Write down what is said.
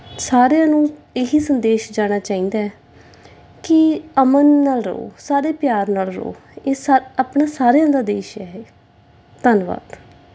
ਸਾਰਿਆਂ ਨੂੰ ਇਹੀ ਸੰਦੇਸ਼ ਜਾਣਾ ਚਾਹੀਦਾ ਕਿ ਅਮਨ ਨਾਲ ਰਹੋ ਸਾਰੇ ਪਿਆਰ ਨਾਲ ਰਹੋ ਇਹ ਸਾ ਆਪਣੇ ਸਾਰਿਆਂ ਦਾ ਦੇਸ਼ ਹੈ ਇਹ ਧੰਨਵਾਦ